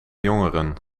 jongeren